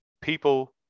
people